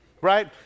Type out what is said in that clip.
Right